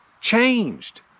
changed